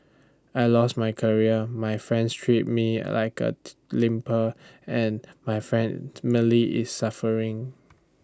I lost my career my friends treat me like A leper and my is suffering